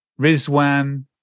Rizwan